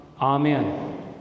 amen